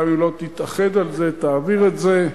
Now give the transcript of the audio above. גם אם לא תתאחד על זה, תעביר את זה,